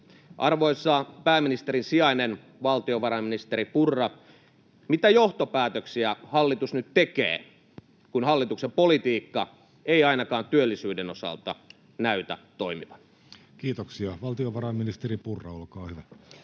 Arvoisa pääministerin sijainen, valtiovarainministeri Purra: mitä johtopäätöksiä hallitus nyt tekee, kun hallituksen politiikka ei ainakaan työllisyyden osalta näytä toimivan? Kiitoksia. — Valtiovarainministeri Purra, olkaa hyvä.